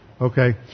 Okay